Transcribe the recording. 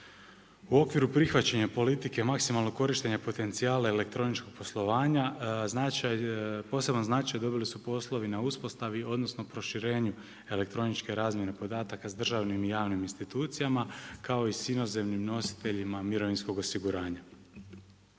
U okviru prihvaćanja politike maksimalnog korištenja potencijala elektroničkog poslovanja značaj, poseban značaj dobili su poslovi na uspostavi odnosno proširenju elektroničke razmjene podataka sa državnim i javnim institucijama kao i s inozemnim nositeljima mirovinskog osiguranja.